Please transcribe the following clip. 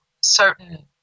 certain